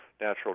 natural